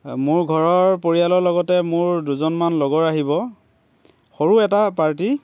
মোৰ ঘৰৰ পৰিয়ালৰ লগতে মোৰ দুজনমান লগৰ আহিব সৰু এটা পাৰ্টী